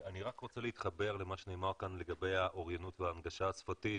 אני רוצה להתחבר למה שנאמר כאן לגבי האוריינות וההנגשה השפתית,